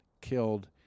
killed